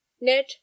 Ned